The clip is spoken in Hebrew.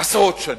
עשרות שנים.